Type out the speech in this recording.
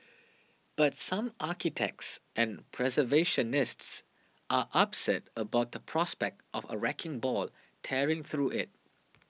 but some architects and preservationists are upset about the prospect of a wrecking ball tearing through it